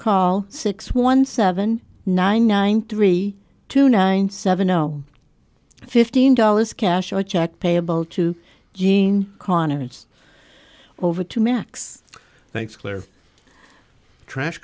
call six one seven nine nine three two nine seven zero fifteen dollars cash or check payable to jeanne konitz over to max thanks claire trash